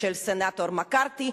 של סנטור מקארתי,